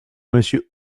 monsieur